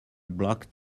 blocked